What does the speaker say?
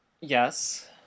Yes